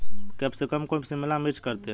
capsicum को शिमला मिर्च करते हैं